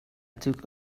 took